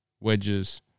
wedges